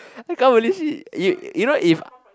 I can't believe she you you know if